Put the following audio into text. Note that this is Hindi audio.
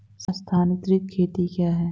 स्थानांतरित खेती क्या है?